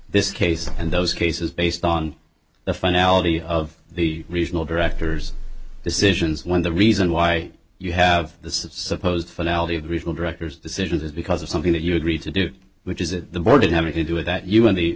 this case and those cases based on the finality of the regional directors decisions when the reason why you have the supposed finale of regional directors decisions is because of something that you agreed to do which is it the board having to do with that